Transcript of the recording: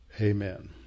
amen